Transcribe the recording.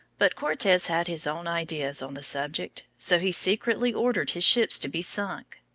but cortes had his own ideas on the subject. so he secretly ordered his ships to be sunk,